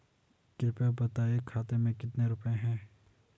कृपया बताएं खाते में कितने रुपए हैं?